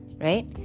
right